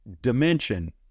dimension